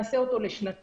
נעשה אותו לשנתיים,